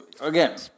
again